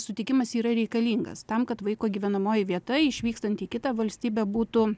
sutikimas yra reikalingas tam kad vaiko gyvenamoji vieta išvykstant į kitą valstybę būtų